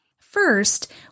First